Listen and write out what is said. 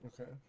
Okay